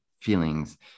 feelings